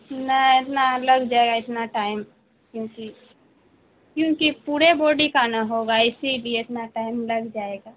نہ اتنا لگ جائے گا اتنا ٹائم کیونکہ کیونکہ پورے بوڈی کا نا ہوگا اسی لیے اتنا ٹائم لگ جائے گا